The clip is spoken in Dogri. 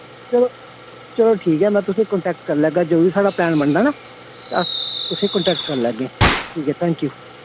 चलो चलो ठीक ऐ में तुसेंगी कन्टेक्ट करी लैगा जदूं बी साढ़ा प्लान बनदा ना ते अस तुसेंगी कन्टेक्ट करी लैगे ठीक ऐ थैंक यू